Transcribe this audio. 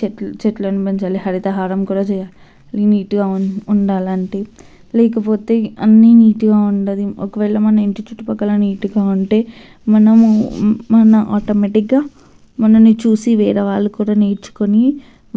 చెట్ల చెట్లను పెంచాలి హరితహారం కూడా చేయాలి నీటుగా ఉం ఉండాలంటే లేకపోతే అన్నీ నీటుగా ఉండదు ఒకవేళ మన ఇంటి చుట్టుపక్కల నీటుగా ఉంటే మనము మన ఆటోమెటిక్గా మనల్ని చూసి వేరే వాళ్ళు కూడా నేర్చుకుని